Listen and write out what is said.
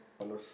dollars